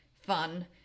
fun